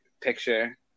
picture